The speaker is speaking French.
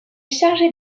chargé